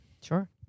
sure